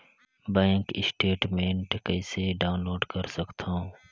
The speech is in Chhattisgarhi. बैंक स्टेटमेंट कइसे डाउनलोड कर सकथव?